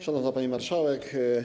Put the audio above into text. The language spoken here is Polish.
Szanowna Pani Marszałek!